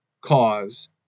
cause